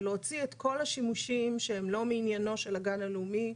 ולהוציא את כל השימושים שהם לא מעניינו של הגן הלאומי,